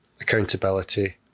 accountability